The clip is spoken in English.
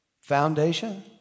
foundation